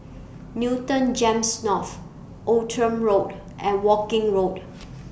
Newton Gems North Outram Road and Woking Road